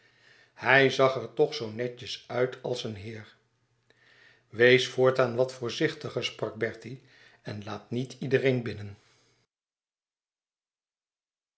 hij zag er toch zoo netjes uit als een heer wees voortaan wat voorzichtiger sprak bertie en laat niet iedereen binnen